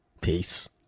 Peace